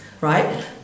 right